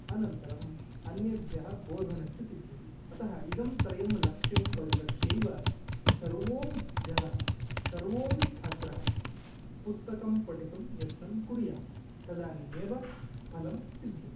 अनन्तरम् अन्येभ्यः बोधनञ्च सिद्ध्यति अतः त्रयं लक्ष्यं परिलक्ष्यैव सर्वोऽपि जनः सर्वोऽपि छात्रः पुस्तकं पठितुं यत्नं कुर्यात् तदानीमेव फलं सिद्धयति